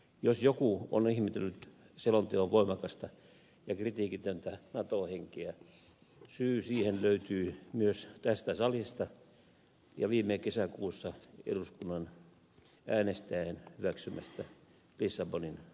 jos joku on ihmetellyt selonteon voimakasta ja kritiikitöntä nato henkeä syy siihen löytyy myös tästä salista ja viime kesäkuussa eduskunnan äänestäen hyväksymästä lissabonin sopimuksesta